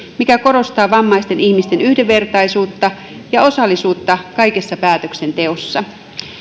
mikä korostaa vammaisten ihmisten yhdenvertaisuutta ja osallisuutta kaikessa päätöksenteossa